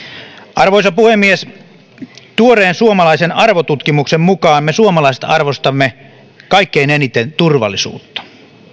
arvoisa puhemies tuoreen suomalaisen arvotutkimuksen mukaan me suomalaiset arvostamme kaikkein eniten turvallisuutta